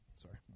Sorry